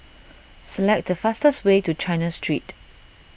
select the fastest way to China Street